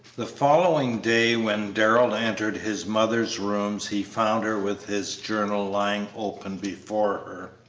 the following day when darrell entered his mother's rooms he found her with his journal lying open before her.